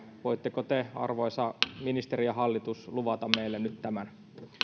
voitteko te arvoisa ministeri ja hallitus luvata meille nyt tämän